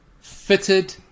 fitted